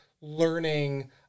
learning